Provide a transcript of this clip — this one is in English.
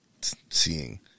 seeing